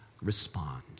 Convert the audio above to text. respond